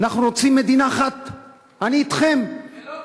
אנחנו רוצים מדינה אחת, אני אתכם, זה לא,